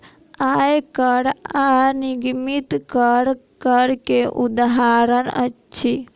आय कर आ निगमित कर, कर के उदाहरण अछि